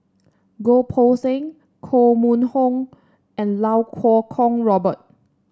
Goh Poh Seng Koh Mun Hong and Iau Kuo Kwong Robert